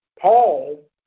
Paul